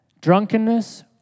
drunkenness